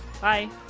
Bye